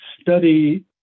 study